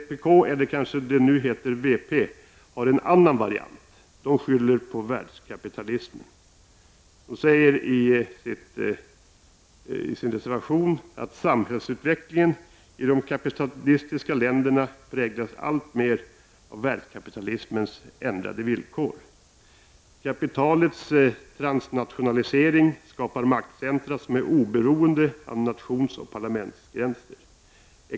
Vpk, eller kanske det nu heter vp, har en annan variant, nämligen att skylla på världskapitalismen. Vänsterpartiet säger i sin reservation: ”Samhällsutvecklingen i de kapitalistiska länderna präglas alltmer av världskapitalismens ändrade villkor. Kapitalets transnationalisering skapar maktcentra som är oberoende av nationsoch parlamentsgränser.